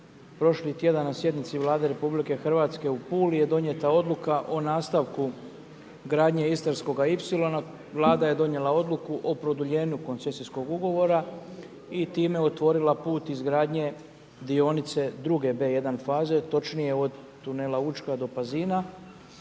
prošli tjedan na sjednici Vlade RH u Puli je donijeta odluka o nastavku gradnje Istarskoga ipsilona. Vlada je donijela odluku o produljenju koncesijskog ugovora i time otvorila put izgradnje dionice druge B-1 faze, točnije od tunela Učka do Pazina